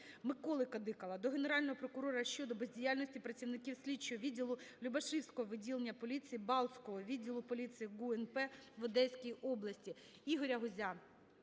Миколи Кадикала до Генерального прокурора щодо бездіяльності працівників слідчого відділу Любашівського відділення поліції Балтського відділу поліції ГУНП в Одеській області. Ігоря Гузя